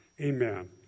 Amen